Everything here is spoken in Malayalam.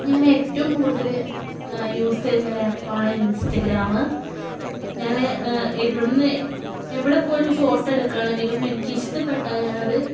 ഞാൻ ഏറ്റവും കൂടുതൽ യൂസ് ചെയ്യുന്ന ഒരു ആപ്പാണ് ഇൻസ്റ്റാഗ്രാമ് ഞാൻ എവിടെ നിന്നും എവിടെ പോയിട്ട് ഫോട്ടോ എടുക്കുകയാണെങ്കിലും എനിക്ക് ഇഷ്ടപ്പെട്ട ഞാനത്